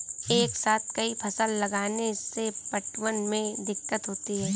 एक साथ कई फसल लगाने से पटवन में दिक्कत होती है